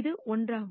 இது ஒன்றாகும்